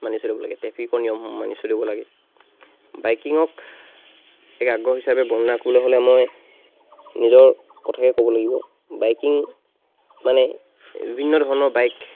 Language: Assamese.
মানি চলিব লাগে ট্ৰেফিকৰ নিয়মসমূহ মানি চলিব লাগে বাইকিঙক এক আগ্ৰহ হিচাপে বৰ্ণনা কৰিবলৈ হ'লে মই নিজৰ কথাকেই ক'ব লাগিব বাইকিং মানে বিভিন্ন ধৰণৰ বাইক